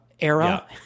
era